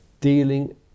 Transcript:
dealing